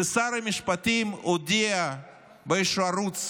ששר המשפטים הודיע באיזה ערוץ